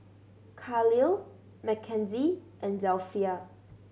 Kahlil Mackenzie and Delphia